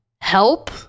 help